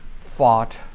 fought